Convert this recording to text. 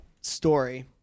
story